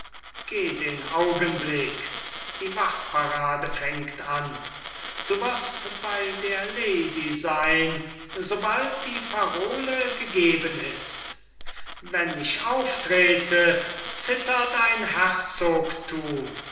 geh den augenblick die wachtparade fängt an du wirst bei der lady sein sobald die parole gegeben ist wenn ich auftrete zittert ein herzogthum